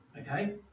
Okay